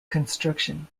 construction